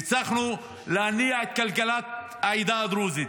והצלחנו להניע את כלכלת העדה הדרוזית.